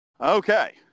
Okay